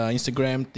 Instagram